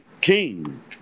King